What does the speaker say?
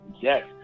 Yes